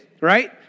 Right